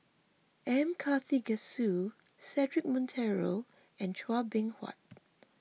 M Karthigesu Cedric Monteiro and Chua Beng Huat